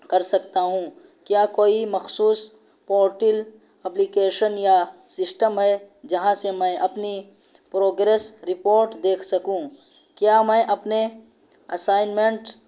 کر سکتا ہوں کیا کوئی مخصوص پورٹل اپلیکیشن یا سسٹم ہے جہاں سے میں اپنی پروگریس رپوٹ دیکھ سکوں کیا میں اپنے اسائنمنٹ